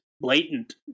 blatant